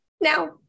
now